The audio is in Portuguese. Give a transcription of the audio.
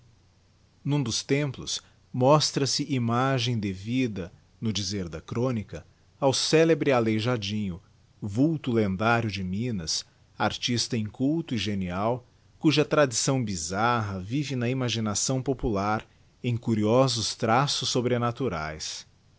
n'um dos templos mostra-se imagem devida no dizer da chronica ao celebre aleijadinho vulto lendário de minas artista inculto e genial cuja tradição bisarra vive na imaginação popular em curiosos traços bobrenaturaes